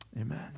Amen